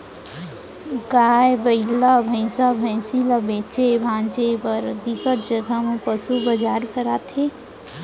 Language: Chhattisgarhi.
गाय, बइला, भइसा, भइसी ल बेचे भांजे बर बिकट जघा म पसू बजार भराथे